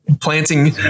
planting